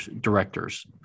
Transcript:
directors